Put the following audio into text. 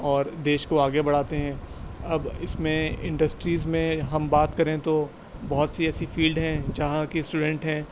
اور دیش کو آگے بڑھاتے ہیں اب اس میں انڈسٹریز میں ہم بات کریں تو بہت سی ایسی فیلڈ ہیں جہاں کہ اسٹوڈنٹ ہیں